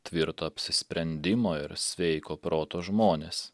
tvirto apsisprendimo ir sveiko proto žmonės